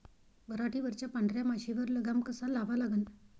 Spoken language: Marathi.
पराटीवरच्या पांढऱ्या माशीवर लगाम कसा लावा लागन?